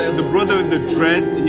and the brother in the dreads,